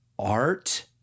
art